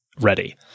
ready